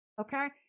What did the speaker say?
Okay